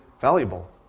valuable